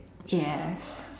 yes